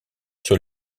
sur